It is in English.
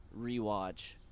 rewatch